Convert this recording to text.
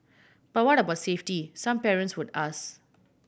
but what about safety some parents would ask